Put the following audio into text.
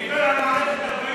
דיבר על מערכת הבריאות.